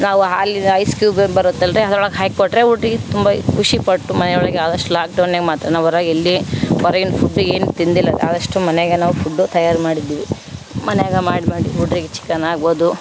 ನಾವು ಹಾಲಿನ ice cube ಬರುತ್ತಲ್ರಿ ಅದ್ರೊಳಗೆ ಹಾಕಿ ಕೊಟ್ರೆ ಊಟಿಗೆ ತುಂಬ ಖುಷಿ ಪಟ್ಟು ಮನೆಯೊಳಗೆ ಆಗಸ್ಟ್ ಲಾಕ್ ಡೌನದಾಗ ಮಾತ್ರ ನಾವು ಹೊರಗೆಲ್ಲಿ ಹೊರಗಿನ ಫುಡ್ ಏನು ತಿಂದಿಲ್ಲ ಆದಷ್ಟು ಮನೆಯಾಗೆ ನಾವು ಫುಡ್ಡು ತಯಾರಿ ಮಾಡಿದ್ವಿ ಮನೆಯಾಗ ಮಾಡಿ ಮಾಡಿ ಹುಡ್ರಿಗೆ ಚಿಕನ್ ಆಗಬೌದು